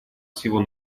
всего